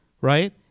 right